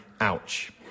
Ouch